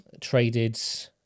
traded